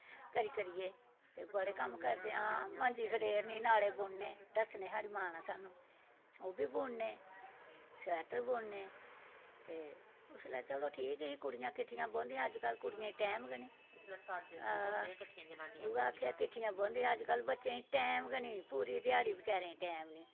करी करियै ते बड़े कम्म करदे आं मंजी खड़ेरनी नाड़े बुनने दस्सने साढ़ी मां नै सानूं ओह्बी बुनने स्वेटर बुनने उसलै ते चलो ठीक ही कुड़ियां किट्ठियां बौहंदियां अजकल्ल कुड़ियें गी टैम गै निं उऐ की किट्ठियां बौहंदियां हि'यां ते अजकल्ल बच्चें ई टैम गै निं पूरी ध्याड़ी बेचारें ई उनेंगी टैम निं